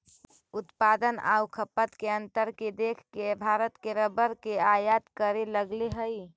उत्पादन आउ खपत के अंतर के देख के भारत रबर के आयात करे लगले हइ